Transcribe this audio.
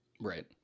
Right